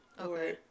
okay